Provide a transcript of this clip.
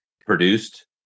produced